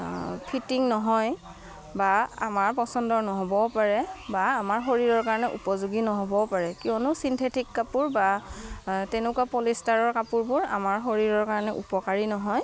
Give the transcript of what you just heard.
fitting নহয় বা আমাৰ পচন্দৰ নহ'বও পাৰে বা আমাৰ শৰীৰৰ কাৰণে উপযোগী নহ'বও পাৰে কিয়নো চিন্থেটিক কাপোৰ বা তেনেকুৱা পলিষ্টাৰৰ কাপোৰবোৰ আমাৰ শৰীৰৰ কাৰণে উপকাৰী নহয়